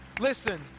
listen